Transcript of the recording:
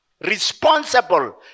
responsible